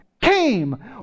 came